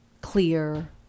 clear